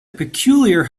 peculiar